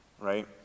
Right